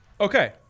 Okay